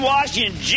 Washington